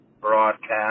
broadcast